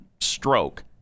stroke